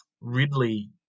Ridley